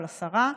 או לשרה,